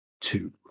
two